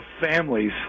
families